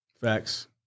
Facts